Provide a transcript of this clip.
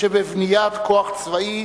שבבניית כוח צבאי